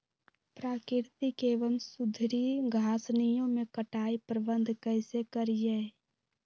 प्राकृतिक एवं सुधरी घासनियों में कटाई प्रबन्ध कैसे करीये?